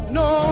no